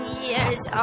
years